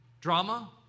drama